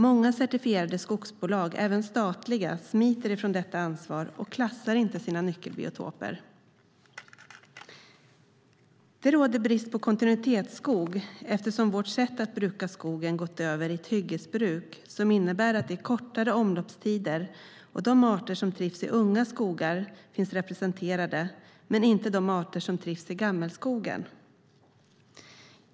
Många certifierade skogsbolag, även statliga, smiter ifrån detta ansvar och klassar inte sina nyckelbiotoper. Det råder brist på kontinuitetsskog eftersom vårt sätt att bruka skogen gått över i ett hyggesbruk som innebär att det är kortare omloppstider, och de arter som trivs i unga skogar finns representerade, men inte de arter som trivs i gammelskogen.